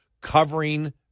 covering